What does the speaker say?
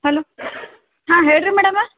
hello ಹಾಂ ಹೇಳ್ರಿ madam